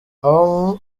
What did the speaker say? abo